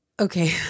Okay